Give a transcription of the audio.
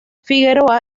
figueroa